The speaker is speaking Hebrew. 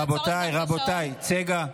רבותיי, צגה.